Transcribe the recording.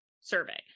Survey